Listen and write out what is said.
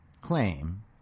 claim